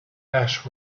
ash